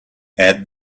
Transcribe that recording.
add